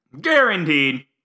Guaranteed